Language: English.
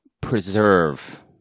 preserve